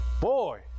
boy